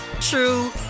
true